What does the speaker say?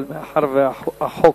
אבל מאחר שהחוק,